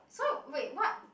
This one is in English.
so wait what